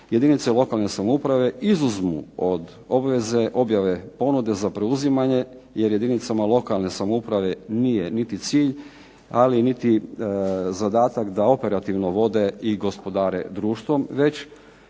jedinice lokalne samouprave izuzmu od obveze objave ponude za preuzimanje jer jedinicama lokalne samouprave nije niti cilj, ali niti zadatak da operativno vode i gospodare društvom već